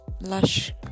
lush